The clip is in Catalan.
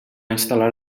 instal·lar